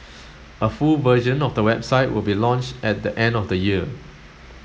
a full version of the website will be launched at the end of the year